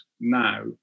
now